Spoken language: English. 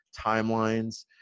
timelines